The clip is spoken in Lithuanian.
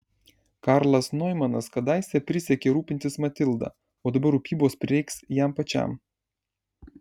karlas noimanas kadaise prisiekė rūpintis matilda o dabar rūpybos prireiks jam pačiam